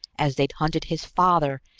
as they'd hunted his father,